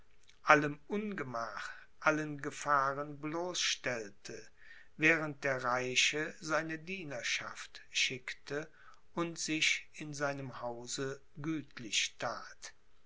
allem ungemach allen gefahren bloßstellte während der reiche seine dienerschaft schickte und sich in seinem hause gütlich that